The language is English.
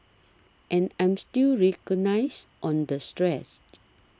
and I'm still recognised on the stress